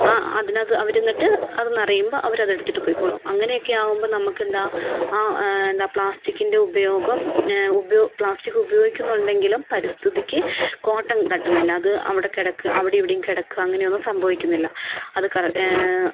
ആ അതിനകത്ത് അവർ എന്നിട്ട് അത് നിറയുമ്പോൾ അവര് അതെടുത്തിട്ട് പൊയ്ക്കോളും അങ്ങനെയൊക്കെ ആകുമ്പോൾ നമുക്കെന്താ ആ എന്താ പ്ലാസ്റ്റിക്കിൻറ്റെ ഉപയോഗംഉപയോഗ പ്ലാസ്റ്റിക് ഉപയോഗിക്കുന്നുണ്ടെങ്കിലും പരിസ്ഥിതിക്ക് കോട്ടം തട്ടുന്നില്ല അത് അവിടെ കിടക്കുക അവിടെ ഇവിടേയും കിടക്കുക അങ്ങനെ ഒന്നും സംഭവിക്കുന്നില്ല അതൊക്കെ